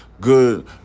good